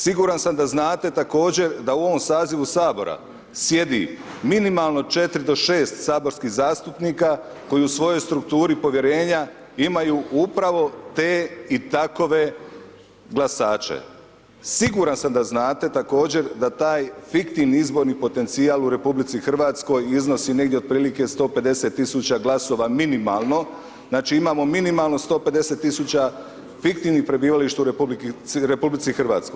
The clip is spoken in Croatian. Siguran sam da znate također da u ovom sazivu Sabora sjedi minimalno 4 do 6 saborskih zastupnika koji u svojoj strukturi povjerenja imaju upravo te i takve glasače, siguran sam da znate također da taj fiktivni izborni potencijal u RH iznosi negdje otprilike 150 000 glasova minimalno, znači imamo minimalno 150 000 fiktivnih prebivališta u RH.